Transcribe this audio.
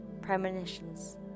premonitions